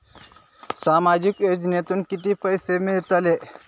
सामाजिक योजनेतून किती पैसे मिळतले?